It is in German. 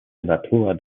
natur